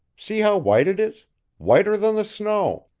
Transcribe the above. see how white it is whiter than the snow!